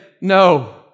no